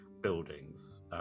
buildings